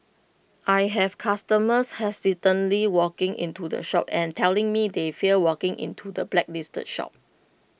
I have customers hesitantly walking into the shop and telling me they fear walking into the blacklisted shops